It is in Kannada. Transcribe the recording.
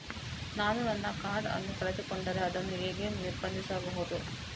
ನಾನು ನನ್ನ ಕಾರ್ಡ್ ಅನ್ನು ಕಳೆದುಕೊಂಡರೆ ಅದನ್ನು ಹೇಗೆ ನಿರ್ಬಂಧಿಸಬಹುದು?